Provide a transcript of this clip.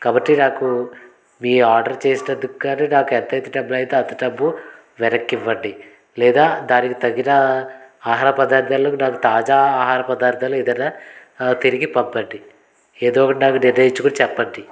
కాబట్టి నాకు మీ ఆర్డర్ చేసినందుకుగాను నాకు ఎంత అయితే డబ్బులు అయిందో అంత డబ్బు వెనక్కి ఇవ్వండి లేదా దానికి తగిన ఆహార పదార్థాలు నాకు తాజా ఆహార పదార్థాలు ఏదైనా తిరిగి పంపండి ఏదో ఒకటి నాకు నిర్ణయించుకొని చెప్పండి